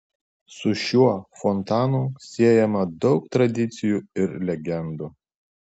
su šiuo fontanu siejama daug tradicijų ir legendų